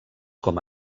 com